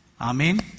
Amen